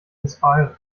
inspired